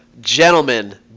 gentlemen